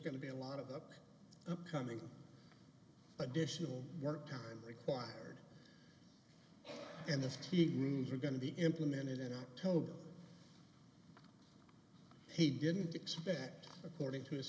going to be a lot of the upcoming additional work time required and the fatigue rooms are going to be implemented in october he didn't expect according to his